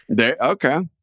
Okay